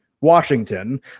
washington